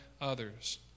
others